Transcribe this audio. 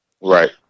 right